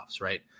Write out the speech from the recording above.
Right